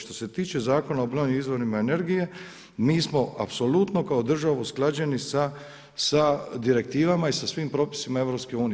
Što se tiču Zakona o obnovljivim izvorima energije, mi smo apsolutno kao država usklađeni sa direktivama i sa svim propisanima EU.